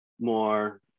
more